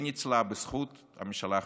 היא ניצלה בזכות הממשלה החדשה,